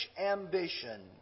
ambition